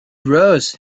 rose